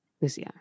Lucia